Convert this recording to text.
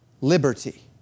liberty